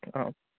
आम्